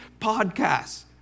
podcasts